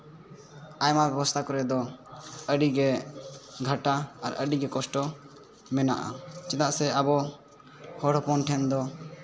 ᱟᱭᱢᱟ ᱵᱮᱵᱚᱥᱛᱷᱟ ᱠᱚᱨᱮ ᱫᱚ ᱟᱹᱰᱤᱜᱮ ᱜᱷᱟᱴᱟ ᱟᱹᱰᱤᱜᱮ ᱠᱚᱥᱴᱚ ᱢᱮᱱᱟᱜᱼᱟ ᱪᱮᱫᱟᱜ ᱥᱮ ᱟᱵᱚ ᱦᱚᱲ ᱦᱚᱯᱚᱱ ᱴᱷᱮᱱ ᱫᱚ